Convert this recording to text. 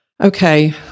okay